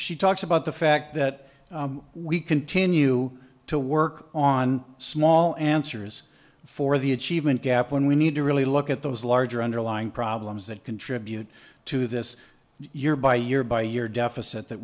she talks about the fact that we continue to work on small answers for the achievement gap when we need to really look at those larger underlying problems that contribute to this year by year by year deficit that